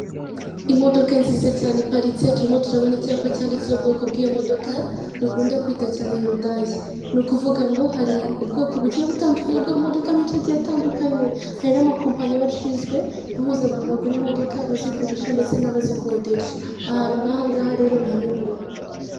Imodoka nziza cyane iparitse turimo turabona icyapa cyanditseho ubwoko bw'iyo modoka dukunda kwita cyane yundayi, ni ukuvuga ngo hari ubwoko bugiye butandukanye bw'amamodokoka menshi agiye atandukanye, hari n'amakompanyi aba ashinzwe guhuza abantu bagura imodoka, abazigurisja ndetse n'abazikodesha, ahantu nk'aha ngaha rero ni hamwe muri ho.